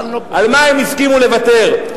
על מה הם הסכימו לוותר.